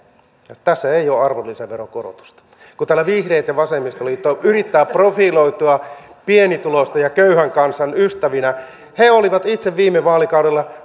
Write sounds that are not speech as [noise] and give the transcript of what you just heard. tässä ei ole arvonlisäveron korotusta kun täällä vihreät ja vasemmistoliitto yrittävät profiloitua pienituloisten ja köyhän kansan ystävinä niin he olivat itse viime vaalikaudella [unintelligible]